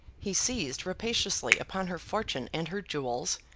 he seized rapaciously upon her fortune and her jewels,